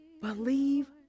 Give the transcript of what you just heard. Believe